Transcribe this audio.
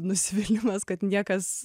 nusivylimas kad niekas